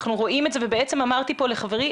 אנחנו רואים את זה ובעצם אמרתי פה לחברי,